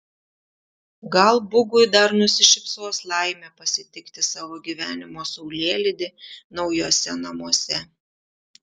gal bugui dar nusišypsos laimė pasitikti savo gyvenimo saulėlydį naujuose namuose